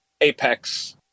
Apex